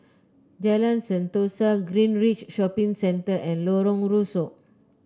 Jalan Sentosa Greenridge Shopping Center and Lorong Rusuk